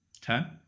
Ten